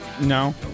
No